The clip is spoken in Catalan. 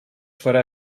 farà